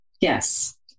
Yes